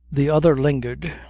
the other lingered,